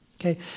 Okay